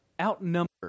Outnumbered